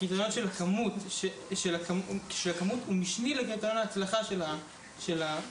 הקריטריון של הכמות הוא משני לקריטריון ההצלחה של ההצדקה.